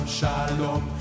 shalom